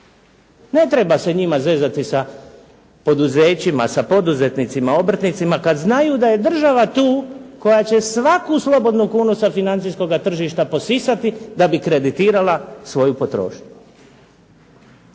Ne treba se njima zezati sa poduzećima, sa poduzetnicima, obrtnicima, kad znaju da je država tu koja će svaku slobodnu kunu sa financijskoga tržišta posisati da bi kreditirala svoju potrošnju.